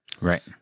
Right